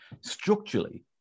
structurally